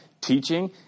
teaching